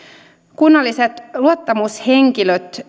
kunnalliset luottamushenkilöt